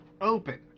open